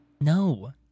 No